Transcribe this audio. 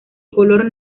color